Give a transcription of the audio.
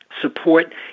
support